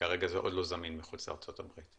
שכרגע זה עוד לא זמין מחוץ לארצות הברית.